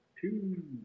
two